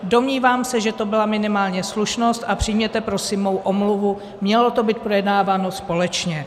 Domnívám se, že to byla minimálně slušnost, a přijměte prosím moji omluvu, mělo to být projednáváno společně.